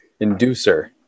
inducer